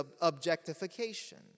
objectification